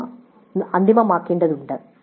അതും അന്തിമമാക്കേണ്ടതുണ്ട്